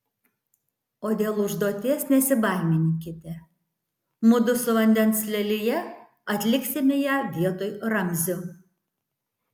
o dėl užduoties nesibaiminkite mudu su vandens lelija atliksime ją vietoj ramzio